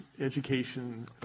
education